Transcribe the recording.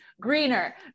greener